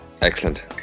Excellent